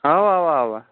اَوا اَوا اَوا